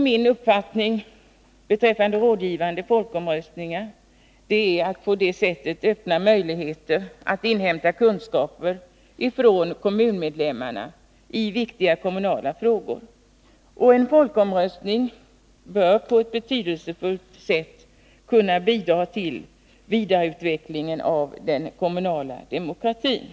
Min uppfattning beträffande rådgivande folkomröstning är att man på det sättet öppnar möjligheter att inhämta kommunmedlemmarnas mening i viktiga kommunala frågor, och en folkomröstning bör på ett betydelsefullt sätt kunna bidra till vidareutvecklingen av den kommunala demokratin.